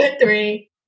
three